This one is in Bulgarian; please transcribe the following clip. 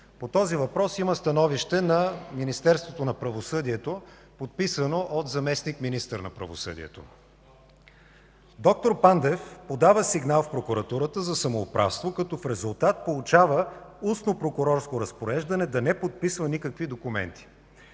По този въпрос има становище на Министерството на правосъдието, подписано от заместник-министър на правосъдието. Доктор Пандев подава сигнал в прокуратурата за самоуправство, като в резултат получава устно прокурорско разпореждане да не подписва никакви документи.